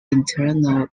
internal